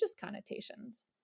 connotations